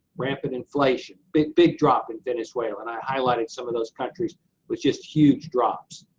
rampant inflation. big, big drop in venezuela, and i highlighted some of those countries with just huge drops.